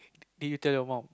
did you tell your mum